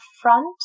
front